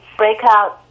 breakout